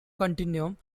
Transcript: continuum